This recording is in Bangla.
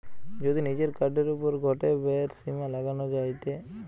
যদি নিজের কার্ডের ওপর গটে ব্যয়ের সীমা লাগানো যায়টে